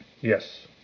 Yes